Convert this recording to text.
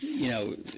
you know,